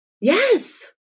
yes